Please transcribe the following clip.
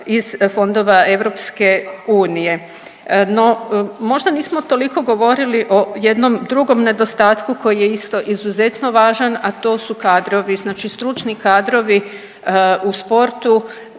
iz fondova EU. No možda nismo toliko govorili o jednom drugom nedostatku koji je isto izuzetno važan, a to su kadrovi, znači stručni kadrovi u sportu,